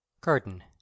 Curtain